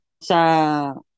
Sa